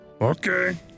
Okay